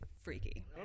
Freaky